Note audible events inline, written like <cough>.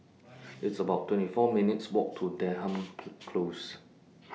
It's about twenty four minutes' Walk to Denham <noise> Close